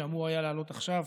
שאמור היה לעלות עכשיו,